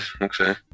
okay